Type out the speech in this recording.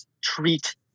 treat